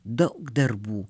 daug darbų